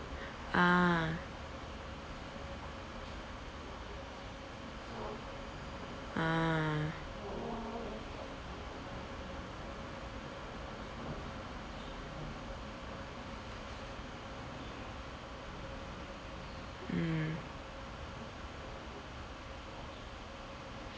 ah ah mm